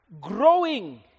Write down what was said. growing